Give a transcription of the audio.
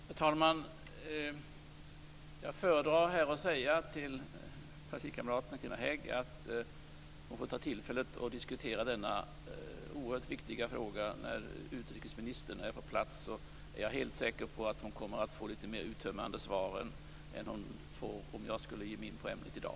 Herr talman! Jag föredrar att säga till partikamraten Carina Hägg att hon får ta tillfället att diskutera denna oerhört viktiga fråga när utrikesministern är på plats. Jag är helt säker på att hon då kommer att få ett litet mer uttömmande svar än hon skulle få om jag skulle ge mig in på ämnet i dag.